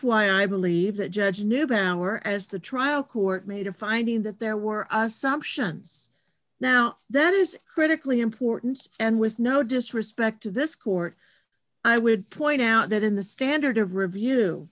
why i believe that judge neubauer as the trial court made a finding that there were assumptions now that is critically important and with no disrespect to this court i would point out that in the standard of review